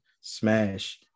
smash